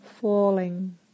falling